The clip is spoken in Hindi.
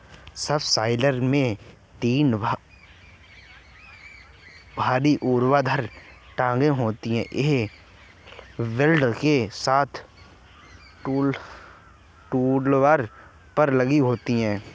सबसॉइलर में तीन भारी ऊर्ध्वाधर टांगें होती हैं, यह बोल्ट के साथ टूलबार पर लगी होती हैं